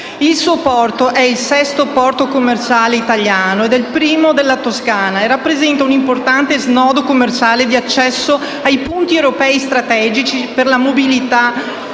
Il suo è il sesto porto commerciale italiano e il primo della Toscana e rappresenta un importante snodo commerciale di accesso ai punti europei strategici per la mobilità